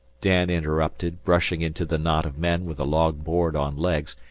dan interrupted, brushing into the knot of men with a long board on legs.